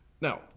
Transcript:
Now